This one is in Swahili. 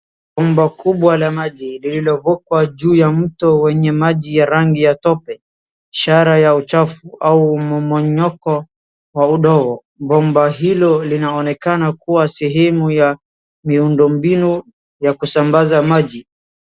Bomba kubwa la maji lililovukwa juu ya mto wenye maji ya rangi ya tope ishara ya uchafu au mmomonyoko wa udongo. Bomba hilo linaonekana kuwa sehemu ya miundo mbinu ya kusambaza maji.